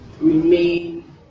remain